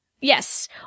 Yes